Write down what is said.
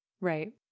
Right